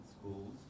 schools